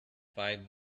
five